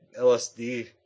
LSD